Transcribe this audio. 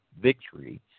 victory